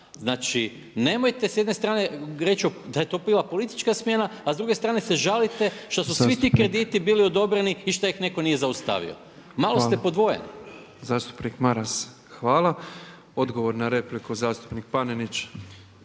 Znači nemojte s jedne strane reći da je to bila politička smjena a s druge strane se žalite što su svi ti krediti bili odobreni šta ih netko nije zaustavio. Malo ste podvojeni. **Petrov, Božo (MOST)** Zastupnik Maras hvala. Odgovor na repliku zastupnik Panenić.